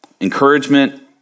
Encouragement